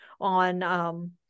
on